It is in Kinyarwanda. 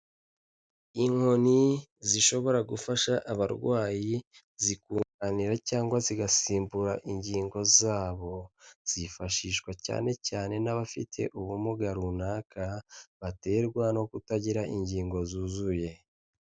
Inkoni zishobora gufasha abarwayi zikunganira cyangwa zigasimbura ingingo zabo, zifashishwa cyane cyane n'abafite ubumuga runaka baterwa no kutagira ingingo zuzuye.